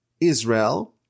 Israel